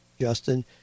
Justin